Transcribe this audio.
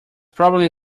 probably